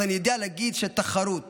אבל יודע להגיד שתחרות